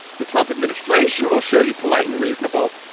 the trump administration will show you polite and reasonable.